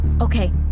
Okay